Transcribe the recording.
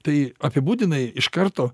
tai apibūdinai iš karto